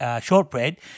shortbread